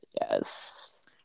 yes